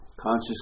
conscious